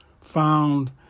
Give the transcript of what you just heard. found